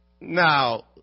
Now